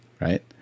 right